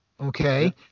Okay